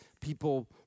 people